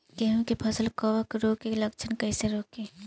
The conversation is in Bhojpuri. गेहूं के फसल में कवक रोग के लक्षण कईसे रोकी?